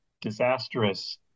disastrous